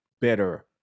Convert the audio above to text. better